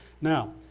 now